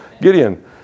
Gideon